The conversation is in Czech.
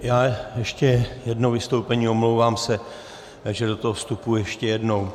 Já ještě jedno vystoupení, omlouvám se, že do toho vstupuji ještě jednou.